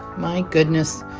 my goodness.